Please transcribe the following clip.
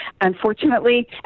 unfortunately